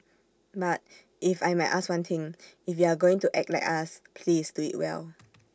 but if I might ask one thing if you are going to act like us please do IT well